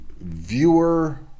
viewer